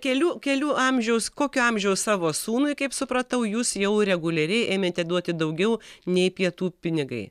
kelių kelių amžiaus kokio amžiaus savo sūnui kaip supratau jūs jau reguliariai ėmėte duoti daugiau nei pietų pinigai